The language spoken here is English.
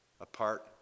apart